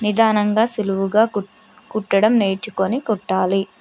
నిదానంగా సులువుగా కుట్టడం నేర్చుకొని కుట్టాలి